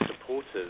supporters